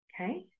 Okay